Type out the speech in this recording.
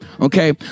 Okay